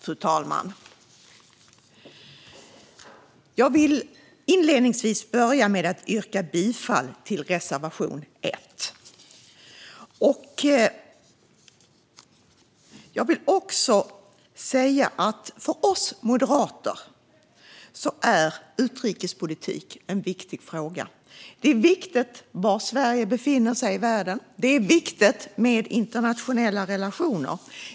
Fru talman! Jaga vill inleda med att yrka bifall till reservation 1. För oss moderater är utrikespolitik en viktig fråga. Det är viktigt var Sverige befinner sig i världen. Det är viktigt med internationella relationer.